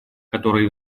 которые